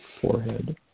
forehead